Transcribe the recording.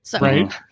Right